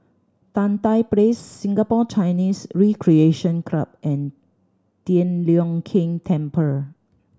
Tan Tye Place Singapore Chinese Recreation Club and Tian Leong Keng Temple